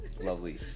lovely